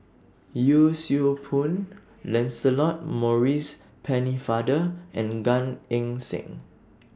Yee Siew Pun Lancelot Maurice Pennefather and Gan Eng Seng